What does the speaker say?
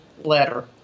letter